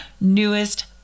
newest